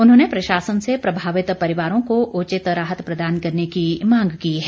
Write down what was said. उन्होंने प्रशासन से प्रभावित परिवारों को उचित राहत प्रदान करने की मांग की है